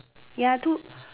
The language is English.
ya two